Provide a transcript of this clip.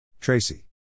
Tracy